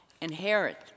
inherit